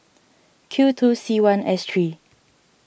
Q two C one S three